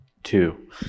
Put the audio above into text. two